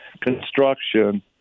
construction